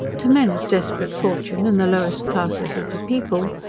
to men of desperate fortune and the lowest classes of the people,